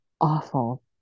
awful